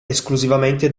esclusivamente